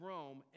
Rome